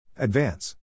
Advance